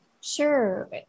Sure